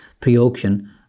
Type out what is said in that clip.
pre-auction